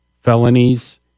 felonies